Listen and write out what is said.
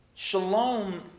Shalom